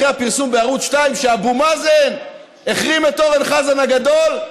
אחרי הפרסום בערוץ 2 שאבו מאזן החרים את אורן חזן הגדול,